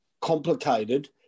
complicated